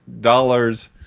dollars